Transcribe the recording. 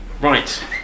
Right